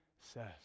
says